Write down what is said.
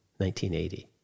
1980